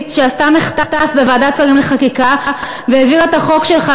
שעשתה מחטף בוועדת שרים לחקיקה והעבירה את החוק שלך,